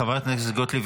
חברת הכנסת גוטליב,